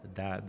da